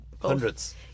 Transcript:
hundreds